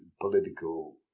political